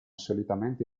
solitamente